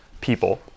people